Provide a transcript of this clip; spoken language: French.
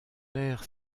aire